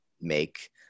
make